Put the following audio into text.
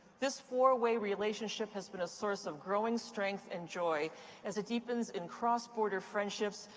this four-way relationship has been a source of growing strength and joy as it deepens in cross-border friendships,